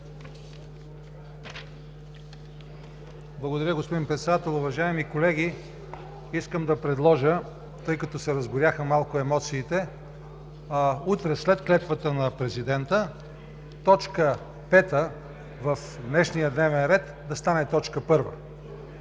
Благодаря, господин Председател. Уважаеми колеги, искам да предложа, тъй като се разгоряха малко емоциите, утре след клетвата на президента, т. 5 в днешния дневен ред да стане т. 1.